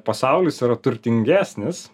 pasaulis turtingesnis